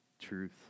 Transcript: Truth